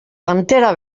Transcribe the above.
pantera